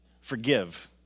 forgive